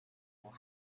will